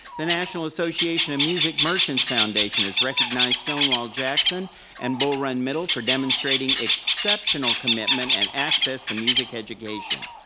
the national association of music merchants foundation has recognized stonewall jackson and bull run middle for demonstrating exceptional commitment and access to music education.